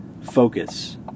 focus